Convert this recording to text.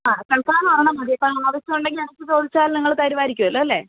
ആ തല്ക്കാലം ഒരെണ്ണം മതി ഇപ്പോള് ആവശ്യമുണ്ടെങ്കില് ഇടയ്ക്കു ചോദിച്ചാൽ നിങ്ങള് തരുമായിരിക്കുമല്ലോ അല്ലേ